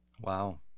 Wow